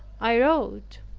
i wrote,